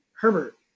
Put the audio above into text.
Herbert